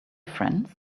friends